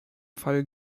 fall